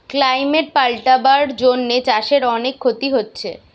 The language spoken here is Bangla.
ক্লাইমেট পাল্টাবার জন্যে চাষের অনেক ক্ষতি হচ্ছে